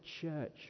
church